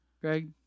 Greg